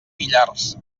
millars